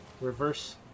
reverse